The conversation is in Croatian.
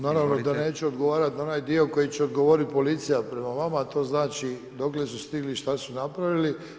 Naravno da neću odgovarati na onaj dio na koji će odgovoriti policija prema vama, a to znači dokle su stigli i šta su napravili.